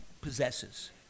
possesses